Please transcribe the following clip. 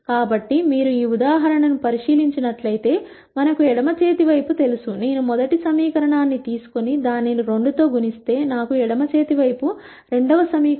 కాబట్టి మీరు ఈ ఉదాహరణను పరిశీలించినట్లయితే మనకు ఎడమ చేతి వైపు తెలుసు నేను మొదటి సమీకరణాన్ని తీసుకొని దానిని 2 తో గుణిస్తే నాకు ఎడమ చేతి వైపు రెండవ సమీకరణం లభిస్తుంది